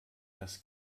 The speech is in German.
das